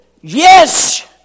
yes